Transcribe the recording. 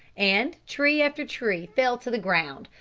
and tree after tree fell to the ground,